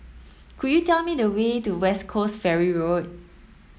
could you tell me the way to West Coast Ferry Road